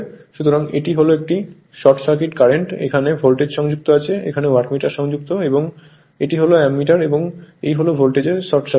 সুতরাং এটি হল এটি শর্ট সার্কিট কারেন্ট এখানে ভোল্টমিটার সংযুক্ত আছে এখানে ওয়াটমিটার সংযুক্ত এবং এটি হল অ্যামিটার এবং এই হল লো ভোল্টেজের শর্ট সার্কিট